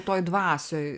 toj dvasioj